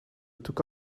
took